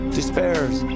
Despairs